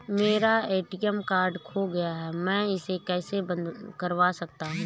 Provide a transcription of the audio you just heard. मेरा ATM card खो गया है मैं इसे कैसे बंद करवा सकता हूँ?